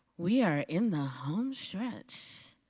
we are in the home stretch.